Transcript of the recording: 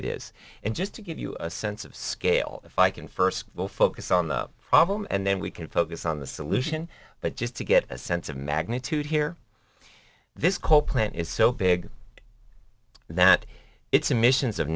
it is and just to give you a sense of scale if i can first will focus on the problem and then we can focus on the solution but just to get a sense of magnitude here this coal plant is so big that it's emissions of